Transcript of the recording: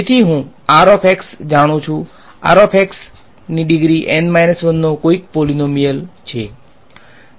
તેથી હું જાણું છું ડિગ્રી N 1 નો કોઈક પોલીનોમીયલ છે